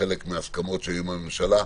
כחלק מההסכמות שהיו עם הממשלה.